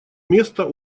место